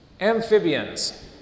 Amphibians